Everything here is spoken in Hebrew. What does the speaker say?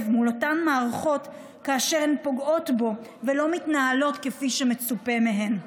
מול אותן מערכות כאשר הן פוגעות בו ולא מתנהלות כפי שמצופה מהן.